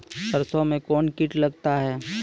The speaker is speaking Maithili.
सरसों मे कौन कीट लगता हैं?